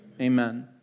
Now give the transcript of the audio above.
Amen